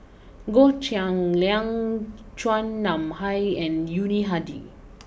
Goh Cheng Liang Chua Nam Hai and Yuni Hadi